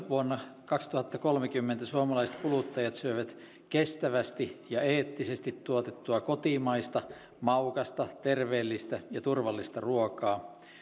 vuonna kaksituhattakolmekymmentä suomalaiset kuluttajat syövät kestävästi ja eettisesti tuotettua kotimaista maukasta terveellistä ja turvallista ruokaa